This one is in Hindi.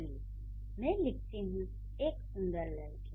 चलिए मैं लिखती हूँ एक सुंदर लड़की